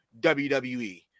WWE